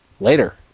Later